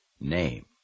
name